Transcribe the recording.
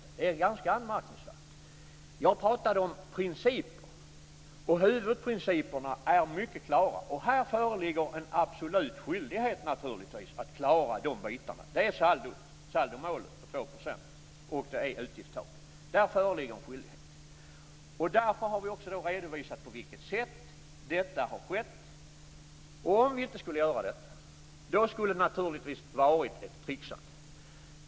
Det är ganska anmärkningsvärt. Jag pratade om principer. Huvudprinciperna är mycket klara. Här föreligger en absolut skyldighet, naturligtvis, att klara de bitarna. Det är saldomålet på 2 %, och det är utgiftstaket. Där föreligger en skyldighet. Därför har vi också redovisat på vilket sätt detta har skett. Om vi inte skulle göra detta skulle det naturligtvis ha varit ett tricksande.